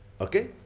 Okay